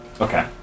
Okay